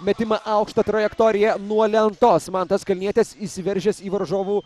metimą aukšta trajektorija nuo lentos mantas kalnietis įsiveržęs į varžovų